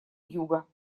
юга